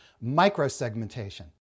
micro-segmentation